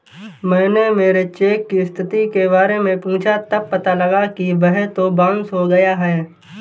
मैंने मेरे चेक की स्थिति के बारे में पूछा तब पता लगा कि वह तो बाउंस हो गया है